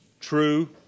true